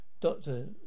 Doctor